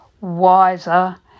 wiser